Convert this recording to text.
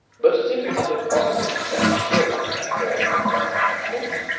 but, as if it was impossible to stand still on that morning of dire happenings,